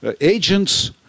agents